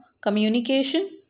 communication